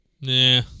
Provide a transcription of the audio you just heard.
Nah